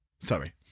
sorry